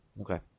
Okay